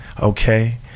Okay